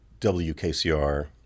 WKCR